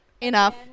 Enough